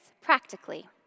practically